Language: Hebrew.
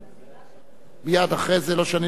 לא שאני לא סומך במאה אחוז,